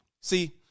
See